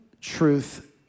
truth